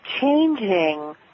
changing